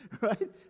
right